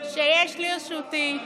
שיש לרשותי,